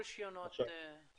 לעשות את זה.